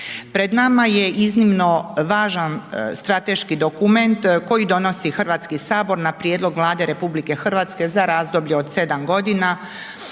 Pred nama je iznimno važan strateški dokument koji donosi Hrvatski sabor na prijedlog Vlade RH za razdoblje od 7 godina